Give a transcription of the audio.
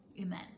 Amen